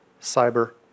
cyber